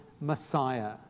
Messiah